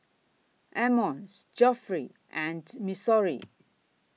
Emmons Geoffrey and Missouri